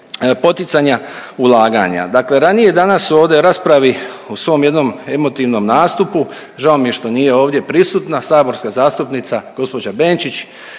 poticanja ulaganja. Dakle, ranije danas u ovde raspravi u svom jednom emotivnom nastupu, žao mi je što nije ovdje prisutna saborska zastupnica gospođa Benčić